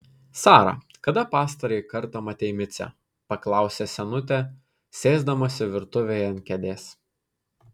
sara kada pastarąjį kartą matei micę paklausė senutė sėsdamasi virtuvėje ant kėdės